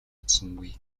чадсангүй